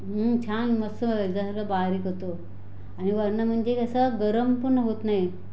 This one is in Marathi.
छान मस्त एकदम कसं बारीक होतो आणि वरून पण म्हणजे कसं गरम पण होत नाही